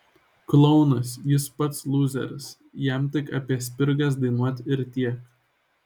klounas jis pats lūzeris jam tik apie spirgas dainuot ir tiek